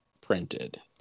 Printed